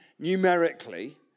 Numerically